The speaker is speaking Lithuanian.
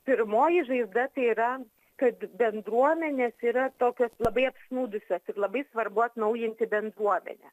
pirmoji žaizda tai yra kad bendruomenės yra tokios labai apsnūdusios ir labai svarbu atnaujinti bendruomenę